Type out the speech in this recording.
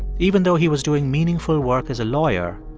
even though he was doing meaningful work as a lawyer,